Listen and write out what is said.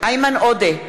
איימן עודה,